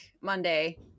Monday